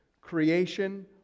creation